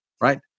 right